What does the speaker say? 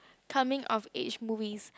coming of age movies